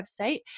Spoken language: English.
website